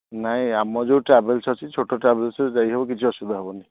ନାଇଁ ଆମ ଯେଉଁ ଟ୍ରାଭେଲ୍ସ ଅଛି ଛୋଟ ଟ୍ରାଭେଲ୍ସରେ ଯାଇହେବ କିଛି ଅସୁବିଧା ହେବନି